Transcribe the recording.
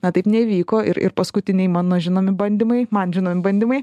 na taip neįvyko ir ir paskutiniai mano žinomi bandymai man žinomi bandymai